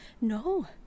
No